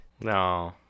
No